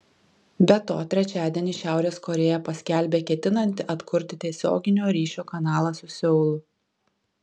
be to trečiadienį šiaurės korėja paskelbė ketinanti atkurti tiesioginio ryšio kanalą su seulu